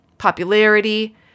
popularity